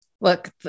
Look